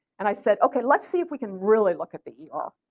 and i said okay, let's see if we can really look at the er.